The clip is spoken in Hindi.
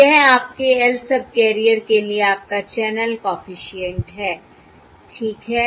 यह आपके lth सबकैरियर के लिए आपका चैनल कॉफिशिएंट है ठीक है